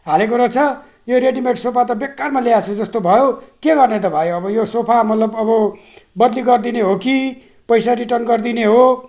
हालेको रहेछ यो रेडिमेड सोफा त बेकारमा ल्याएछु जस्तो भयो के गर्ने त भाइ अब यो सोफा अब मतलब अब बद्ली गरिदिने हो कि पैसा रिटर्न गरिदिने हो